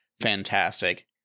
fantastic